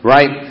Right